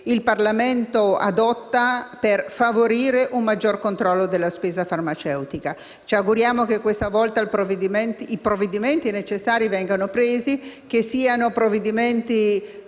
il Parlamento adotta per favorire un maggior controllo della spesa farmaceutica. Ci auguriamo che questa volta i provvedimenti necessari vengano adottati e che non contengano